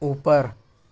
اوپر